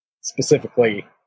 specifically